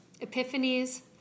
epiphanies